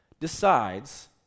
decides